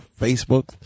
Facebook